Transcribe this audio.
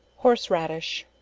horse raddish,